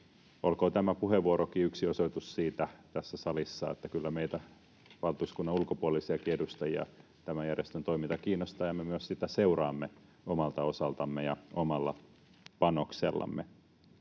Olkoon tämä puheenvuorokin yksi osoitus tässä salissa siitä, että kyllä meitä valtuuskunnan ulkopuolisiakin edustajia tämän järjestön toiminta kiinnostaa ja me myös sitä seuraamme omalta osaltamme ja omalla panoksellamme.